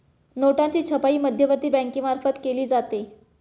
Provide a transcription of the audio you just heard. नोटांची छपाई मध्यवर्ती बँकेमार्फत केली जाते